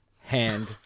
hand